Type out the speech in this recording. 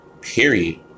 period